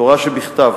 תורה שבכתב,